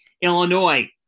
Illinois